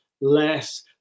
less